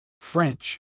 French